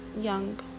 young